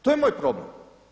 To je moj problem.